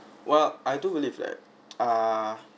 well I do believe that ah